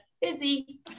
busy